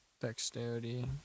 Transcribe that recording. Dexterity